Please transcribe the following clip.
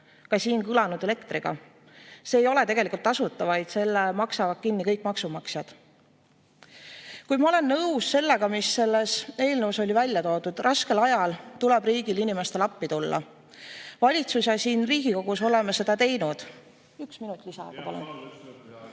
ka siin kõlanud tasuta elektriga. See ei ole tegelikult tasuta, vaid selle maksavad kinni kõik maksumaksjad. Kuid ma olen nõus sellega, mis selles eelnõus on välja toodud. Raskel ajal tuleb riigil inimestele appi tulla. Valitsus ja meie siin Riigikogus oleme seda teinud. Palun üks minut lisaaega.